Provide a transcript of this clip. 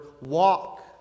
walk